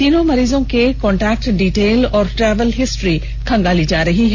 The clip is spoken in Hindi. तीनों मरीजों के कॉन्टैक्ट डिटेल और ट्रैवल हिस्ट्री खंगाली जा रही है